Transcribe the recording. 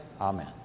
Amen